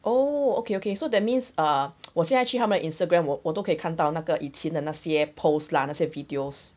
oh okay okay so that means ah 我现在去他们 instagram 我我都可以看到那个以前的那些 post lah 那些 videos